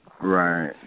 Right